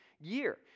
year